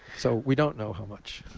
so we don't know how much.